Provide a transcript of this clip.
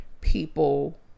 people